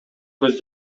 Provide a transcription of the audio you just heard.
көз